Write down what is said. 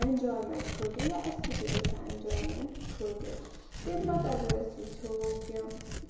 enjoyment خٲطرٕ یا أسۍ تہِ چھِ گَژھان اٮ۪نجایمینٛٹ خٲطرٕ تمہِ پَتہٕ اَگَر أسۍ وٕچھو کہِ